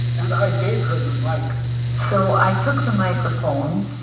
and i gave her the mic so i took the microphone,